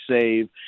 save